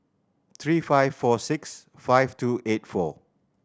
three five four six five two eight four